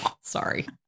sorry